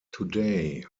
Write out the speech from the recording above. today